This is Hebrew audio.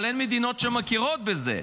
אבל אין מדינות שמכירות בזה.